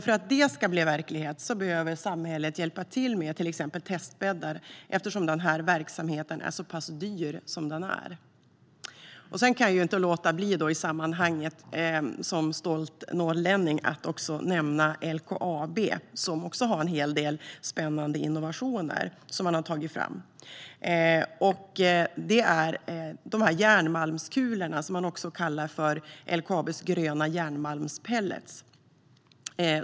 För att det ska bli verklighet behöver dock samhället hjälpa till med till exempel testbäddar, eftersom den här verksamheten är så pass dyr som den är. I sammanhanget och som stolt norrlänning kan jag inte låta bli att också nämna LKAB, som har tagit fram en hel del spännande innovationer. Det handlar om de järnmalmskulor som man också kallar för LKAB:s gröna järnmalmspelletar.